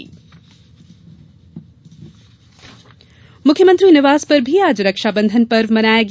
CM Rakhi मुख्यमंत्री निवास पर भी आज रक्षाबंधन पर्व मनाया गया